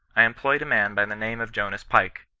i employed a man by the name of jonas pike,